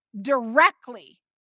directly